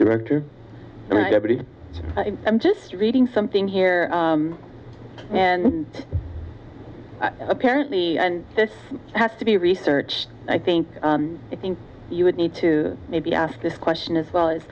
direct i'm just reading something here and apparently this has to be research i think i think you would need to maybe ask this question as well as